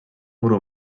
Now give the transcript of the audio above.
grup